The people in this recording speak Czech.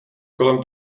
kolem